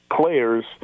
players